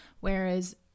whereas